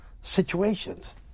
situations